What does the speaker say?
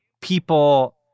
people